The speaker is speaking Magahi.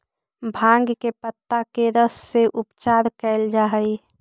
भाँग के पतत्ता के रस से उपचार कैल जा हइ